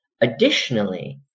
Additionally